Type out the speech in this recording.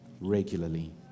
regularly